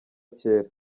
cyera